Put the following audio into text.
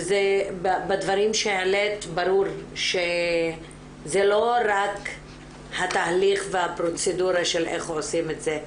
בדברים שהעלית ברור שזה לא רק התהליך והפרוצדורה של איך עושים את זה,